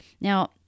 Now